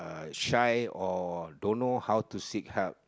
shy or don't know how to seek help